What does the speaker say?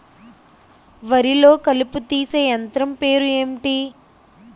వరి లొ కలుపు తీసే యంత్రం పేరు ఎంటి?